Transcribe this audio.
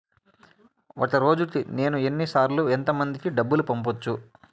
ఒక రోజుకి నేను ఎన్ని సార్లు ఎంత మందికి డబ్బులు పంపొచ్చు?